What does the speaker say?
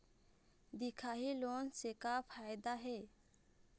दिखाही लोन से का फायदा हे?